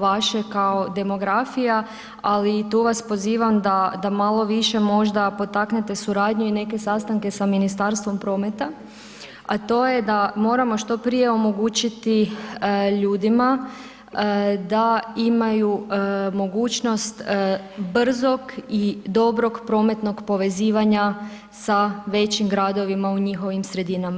vaše kao demografija, ali i tu vas pozivam da malo više možda potaknete suradnju i neke sastanka sa Ministarstvom prometa, a to je da moramo što prije omogućiti ljudima da imaju mogućnost brzog i dobrog prometnog povezivanja sa većim gradovima u njihovim sredinama.